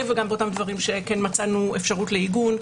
וגם באותם דברים שמצאנו אפשרות לעיגון,